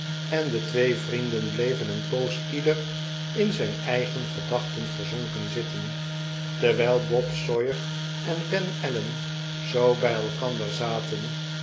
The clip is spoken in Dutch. en de twee vrienden ble'ven een poos ieder in zijn eigen gedachten verzonken zitten terwijl bob sawyer en ben allen zoo bij elkander zaten